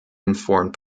informed